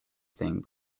thing